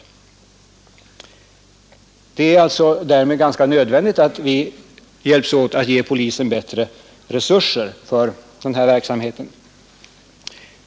Det är alltså ganska nödvändigt att vi hjälps åt att ge polisen bättre resurser för dess verksamhet.